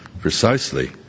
precisely